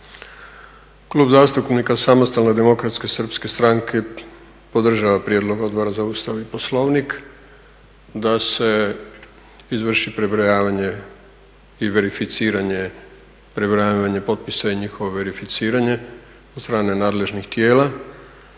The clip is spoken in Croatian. Klub zastupnika SDSS-a podržava prijedlog Odbora za Ustav i Poslovnik, da se izvrši prebrojavanje i verificiranje, prebrojavanje potpisa i njihovo verificiranje od strane nadležnih tijela